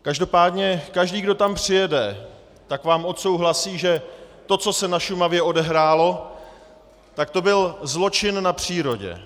Každopádně každý, kdo tam přijede, tak vám odsouhlasí, že to, co se na Šumavě odehrálo, byl zločin na přírodě.